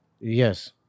yes